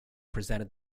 presented